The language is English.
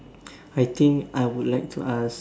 I think I would like to ask